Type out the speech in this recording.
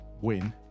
win